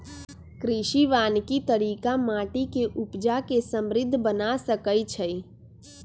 कृषि वानिकी तरिका माटि के उपजा के समृद्ध बना सकइछइ